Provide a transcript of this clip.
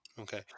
Okay